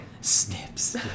Snips